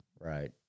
Right